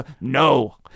No